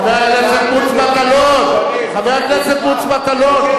יוצאי מרוקו, חבר הכנסת מוץ מטלון.